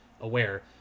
aware